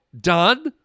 done